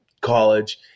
college